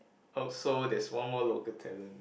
oh so there's one more local talent